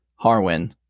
Harwin